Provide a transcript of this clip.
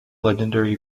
legendary